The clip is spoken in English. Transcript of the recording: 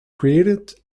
created